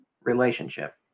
relationship